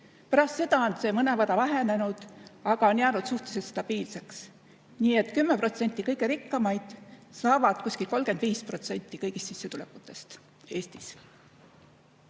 Pärast seda on see mõnevõrra vähenenud, aga on jäänud suhteliselt stabiilseks, nii et 10% kõige rikkamaid saavad kuskil 35% kõigist sissetulekutest Eestis.